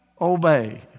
obey